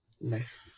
nice